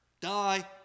die